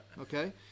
Okay